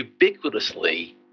ubiquitously